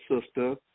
sister